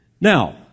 Now